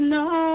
no